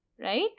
right